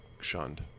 shunned